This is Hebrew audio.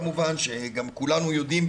שכולנו יודעים,